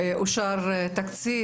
אושר תקציב,